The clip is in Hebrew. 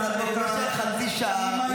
הוא נושא חצי שעה,